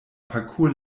parkour